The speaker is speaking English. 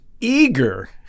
eager